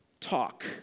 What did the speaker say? talk